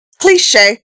cliche